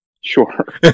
Sure